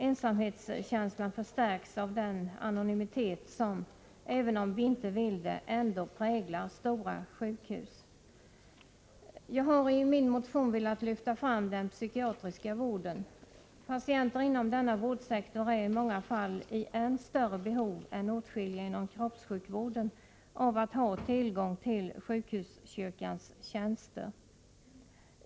Ensamhetskänslan förstärks av den anonymitet som — även om man inte vill det — präglar stora sjukhus. Jag har i min motion velat lyfta fram den psykiatriska vården. Patienter inom denna vårdsektor är i många fall i än större behov än åtskilliga inom kroppssjukvården av att ha tillgång till sjukhuskyrkans tjänster.